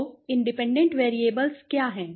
तो independent variables क्या हैं